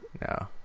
No